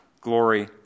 glory